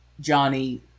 Johnny